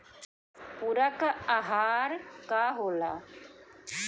पुरक अहार का होला?